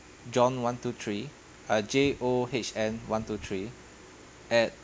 john one two three uh J O H N one two three at